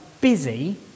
busy